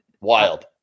wild